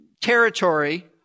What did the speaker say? territory